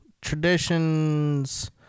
traditions